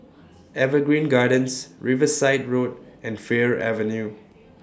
Evergreen Gardens Riverside Road and Fir Avenue